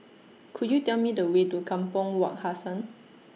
Could YOU Tell Me The Way to Kampong Wak Hassan